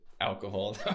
alcohol